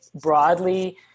broadly